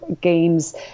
games